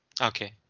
Okay